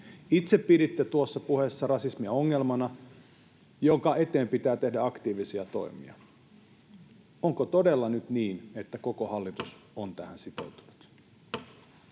Itse piditte tuossa puheessa rasismia ongelmana, jonka eteen pitää tehdä aktiivisia toimia. Onko todella nyt niin, että koko hallitus on tähän sitoutunut?